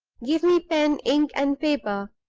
give me pen, ink, and paper!